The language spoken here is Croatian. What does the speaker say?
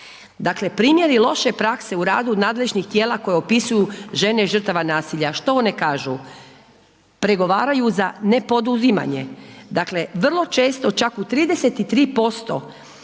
Dakle, primjeri loše prakse u radu nadležnih tijela koji opsuju žene žrtava nasilja, što one kažu? Prigovaraju za nepoduzimanje, dakle vrlo često, čak u 33%